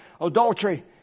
adultery